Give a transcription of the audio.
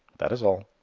that is all.